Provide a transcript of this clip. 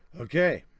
okay,